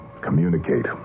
communicate